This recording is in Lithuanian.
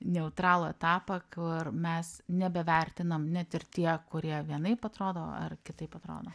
neutralų etapą kur mes nebevertinam net ir tie kurie vienaip atrodo ar kitaip atrodo